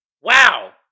Wow